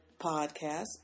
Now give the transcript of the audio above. podcast